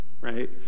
right